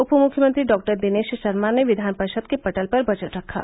उप मुख्यमंत्री डॉक्टर दिनेश शर्मा ने विधान परिषद के पटल पर बजट रखा